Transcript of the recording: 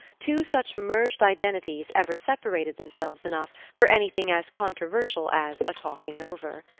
two such merged identities ever separated themselves enough for anything as controversial as a talking-over.